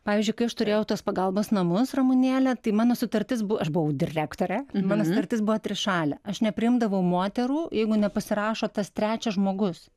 pavyzdžiui kai aš turėjau tuos pagalbos namus ramunėlę tai mano sutartis buvo aš buvau direktorė mano sutartis buvo trišalė aš nepriimdavau moterų jeigu nepasirašo tas trečias žmogus